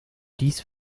dies